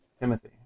Timothy